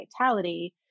vitality